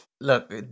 look